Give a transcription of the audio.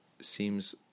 seems